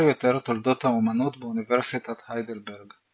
יותר תולדות האמנות באוניברסיטת היידלברג.